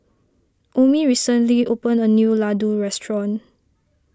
Omie recently opened a new Ladoo restaurant